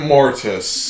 Mortis